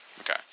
Okay